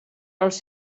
els